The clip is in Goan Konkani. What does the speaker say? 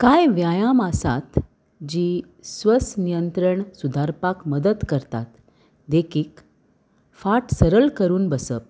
कांय व्यायाम आसात जी स्वास नियंत्रण सुदारपाक मदत करतात देखीक फाट सरळ करून बसप